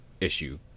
issue